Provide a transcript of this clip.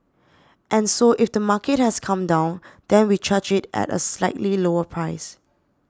and so if the market has come down then we charge it at a slightly lower price